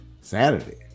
Saturday